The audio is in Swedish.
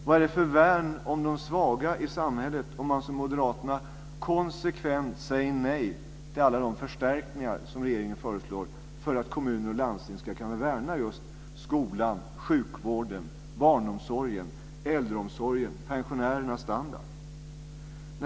Vad blir det för värn om de svaga i samhället om man som moderaterna konsekvent säger nej till alla de förstärkningar som regeringen föreslår för att kommuner och landsting ska kunna slå vakt om skolan, sjukvården, barnomsorgen, äldreomsorgen och pensionärernas standard?